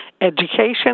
education